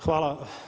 Hvala.